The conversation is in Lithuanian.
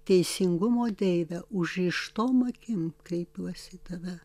teisingumo deive užrištom akim kreipiuosi į tave